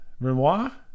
Renoir